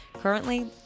Currently